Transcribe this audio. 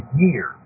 year